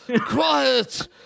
Quiet